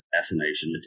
assassination